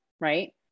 right